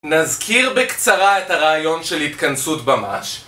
נזכיר בקצרה את הרעיון של התכנסות במש.